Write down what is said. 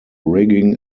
rigging